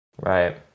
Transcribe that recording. Right